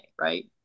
right